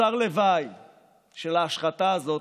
וכדרכה של המשטרה ושל משמר